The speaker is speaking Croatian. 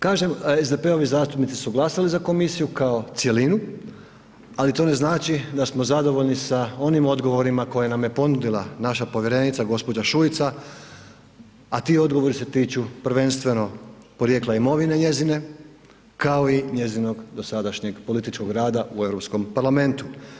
Kažem SDP-ovi zastupnici su glasali za komisiju kao cjelinu, ali to ne znači da smo zadovoljni sa onim odgovorima koje nam je ponudila naša povjerenica gospođa Šuica, a ti odgovori se tiču prvenstveno porijekla imovine njezine, kao i njezinog dosadašnjeg političkog rada u Europskom parlamentu.